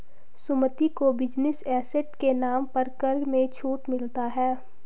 सुमित को business asset के नाम पर कर में छूट मिलता है